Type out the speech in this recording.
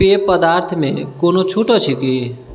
पेय पदार्थमे कोनो छुट अछि की